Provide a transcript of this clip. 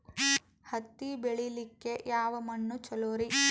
ಹತ್ತಿ ಬೆಳಿಲಿಕ್ಕೆ ಯಾವ ಮಣ್ಣು ಚಲೋರಿ?